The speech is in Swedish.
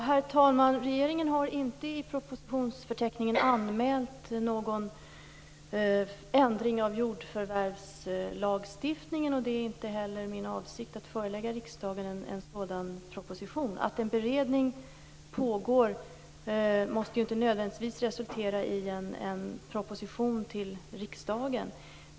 Herr talman! I propositionsförteckningen har regeringen inte anmält någon ändring av jordförvärvslagstiftningen, och det är inte heller min avsikt att förelägga riksdagen en sådan proposition. Att en beredning pågår måste inte nödvändigtvis resultera i en proposition till riksdagen.